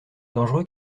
dangereux